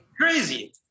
Crazy